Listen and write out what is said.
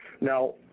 Now